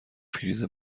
پریز